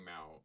out